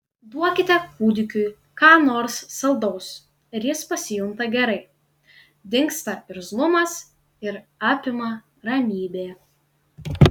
duokite kūdikiui ką nors saldaus ir jis pasijunta gerai dingsta irzlumas ir apima ramybė